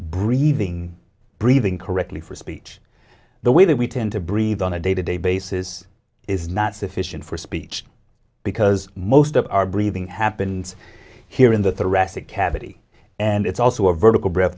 breathing breathing correctly for speech the way that we tend to breathe on a day to day basis is not sufficient for speech because most of our breathing happens here in the thoracic cavity and it's also a vertical breath